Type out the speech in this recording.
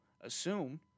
assume